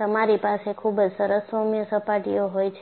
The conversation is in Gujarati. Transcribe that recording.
તમારી પાસે ખૂબ જ સરસ સોમ્ય સપાટીઓ હોય છે